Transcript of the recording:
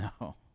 No